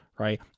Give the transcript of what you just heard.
right